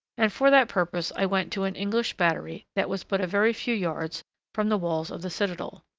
and for that purpose i went to an english battery that was but a very few yards from the walls of the citadel.